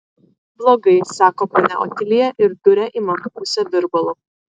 blogai sako ponia otilija ir duria į mano pusę virbalu